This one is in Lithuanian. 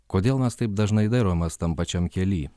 kodėl mes taip dažnai dairomės tam pačiam kely